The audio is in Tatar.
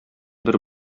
бер